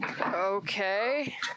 Okay